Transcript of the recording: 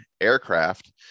aircraft